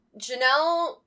Janelle